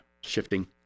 shifting